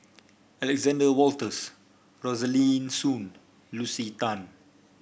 Alexander Wolters Rosaline Soon Lucy Tan